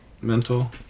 mental